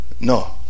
no